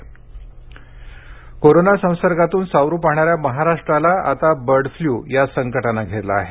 कुक्कुटपालन कोरोना संसर्गातून सावरू पाहणाऱ्या महाराष्ट्राला आता बर्ड फ्ल्यू या संकटान घेरलं आहे